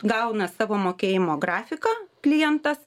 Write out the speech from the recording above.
gauna savo mokėjimo grafiką klientas